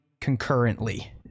concurrently